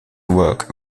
work